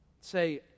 say